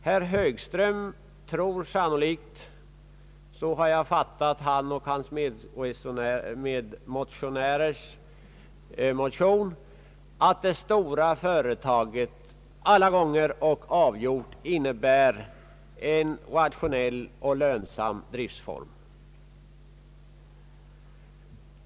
Herr Högström tror sannolikt — så har jag fattat motionen — att det stora företaget alla gånger och avgjort innebär en rationell och lönsam driftsform.